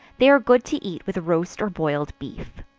they are good to eat with roast or boiled beef.